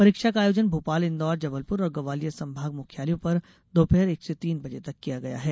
परीक्षा का आयोजन भोपाल इंदौर जबलपुर और ग्वालियर संभाग मुख्यालयों पर दोपहर एक से तीन बजे तक किया गया है